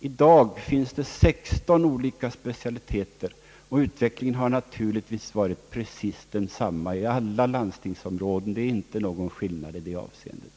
I dag finns det 16 olika specialiteter, och utvecklingen har naturligtvis varit densamma inom alla landstingsområden; det är inte någon skillnad i det avseendet.